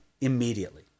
immediately